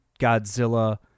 godzilla